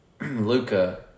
Luca